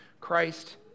Christ